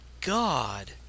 God